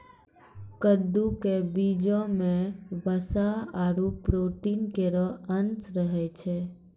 कद्दू क बीजो म वसा आरु प्रोटीन केरो अंश रहै छै